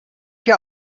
hier